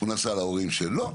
הוא נסע להורים שלו,